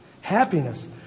Happiness